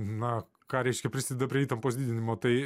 na ką reiškia prisideda prie įtampos didinimo tai